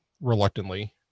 reluctantly